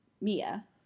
Mia